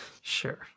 Sure